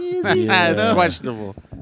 questionable